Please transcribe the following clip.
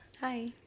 Hi